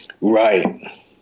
Right